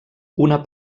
una